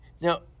now